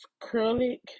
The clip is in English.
acrylic